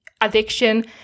addiction